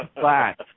flat